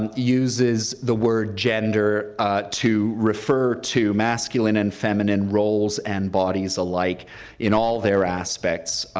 and uses the word gender to refer to masculine and feminine roles and bodies alike in all their aspects,